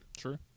True